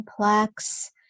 complex